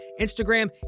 Instagram